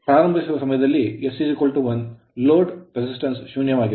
ಆದ್ದರಿಂದ ಪ್ರಾರಂಭಿಸುವ ಸಮಯದಲ್ಲಿ s1 ಲೋಡ್ ಪ್ರತಿರೋಧವು ಶೂನ್ಯವಾಗಿದೆ